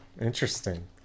Interesting